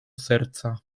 serca